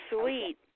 sweet